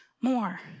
more